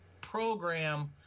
program